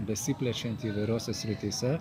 besiplečianti įvairiose srityse